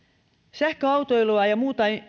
sähköautoilua ja ja muuta